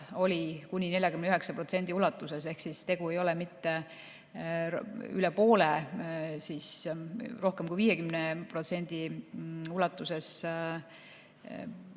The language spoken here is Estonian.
oli kuni 49% ulatuses. Ehk tegu ei ole mitte üle poole, rohkem kui 50% ulatuses